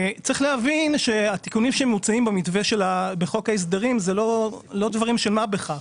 התיקונים המוצעים בחוק ההסדרים הם לא דברים של מה בכך,